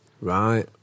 Right